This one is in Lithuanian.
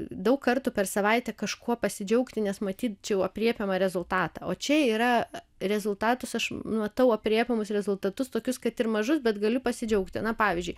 daug kartų per savaitę kažkuo pasidžiaugti nes matyčiau aprėpiamą rezultatą o čia yra rezultatas aš matau aprėpiamus rezultatus tokius kad ir mažus bet galiu pasidžiaugti na pavyzdžiui